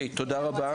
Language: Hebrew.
תודה רבה.